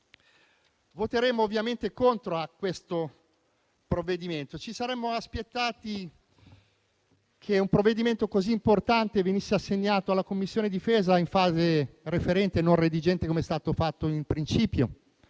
Voteremo ovviamente contro questo provvedimento. Ci saremmo aspettati che un provvedimento così importante venisse assegnato alla Commissione difesa in fase referente e non redigente com'è stato fatto in principio,